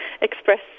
express